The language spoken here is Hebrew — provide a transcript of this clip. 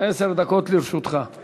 הצעה לסדר-היום 2870 של חבר הכנסת דב חנין: